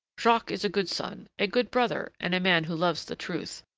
jacques is a good son, a good brother, and a man who loves the truth.